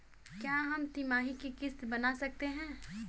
क्या हम तिमाही की किस्त बना सकते हैं?